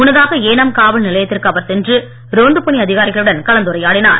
முன்னதாக ஏனாம் காவல் நிலையத்திற்கு அவர் சென்று ரோந்துப் பணி அதிகாரிகளுடன் கலந்துரையாடினார்